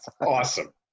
awesome